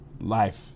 life